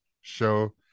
show